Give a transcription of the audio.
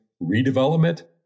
redevelopment